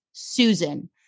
Susan